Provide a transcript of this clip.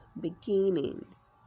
beginnings